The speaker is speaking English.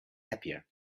happier